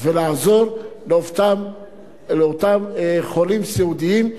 ולעזור לאותם חולים סיעודיים.